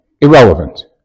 irrelevant